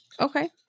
Okay